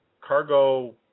cargo